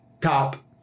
top